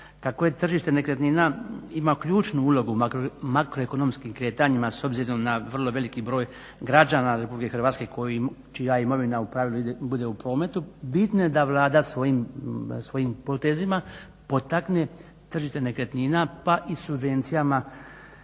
Kako tržište nekretnina ima ključnu ulogu u makroekonomskim kretanjima s obzirom na vrlo veliki broj građana Republike Hrvatske čija imovina u pravilu bude u prometu, bitno je da Vlada svojim potezima potakne tržište nekretnina pa i subvencijama